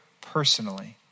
personally